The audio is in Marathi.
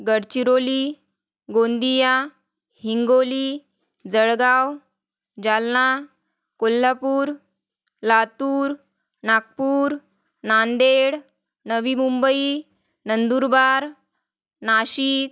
गडचिरोली गोंदिया हिंगोली जळगाव जालना कोल्हापूर लातूर नागपूर नांदेड नवी मुंबई नंदुरबार नाशिक